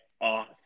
off